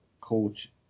coach